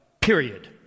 period